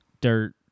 dirt